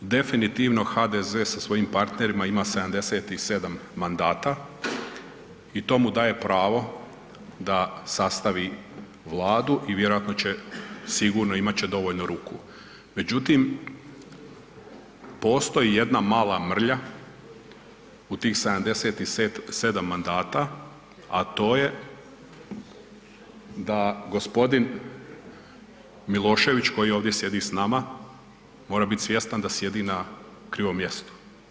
Definitivno HDZ sa svojim partnerima ima 77 mandata, i to mu daje pravo da sastavi Vladu i vjerojatno će sigurno imati će dovoljno ruku međutim postoji jedna mala mrlja u tih 77 mandata a to je da g. Milošević koji ovdje sjedi s nama, mora biti svjestan da sjedi na krivom mjestu.